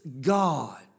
God